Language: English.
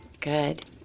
Good